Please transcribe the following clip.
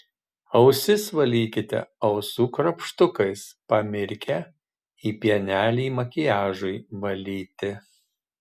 ausis valykite ausų krapštukais pamirkę į pienelį makiažui valyti